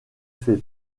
fait